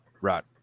right